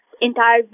entire